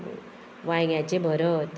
वांयग्यांचें भरत